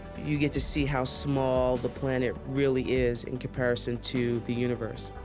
you get to see how small the planet really is in comparison to the universe.